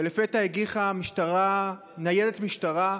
לפתע הגיחה ניידת משטרה.